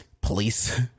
Police